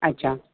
अच्छा